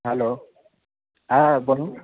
hello হ্যাঁ বলুন